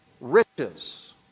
Riches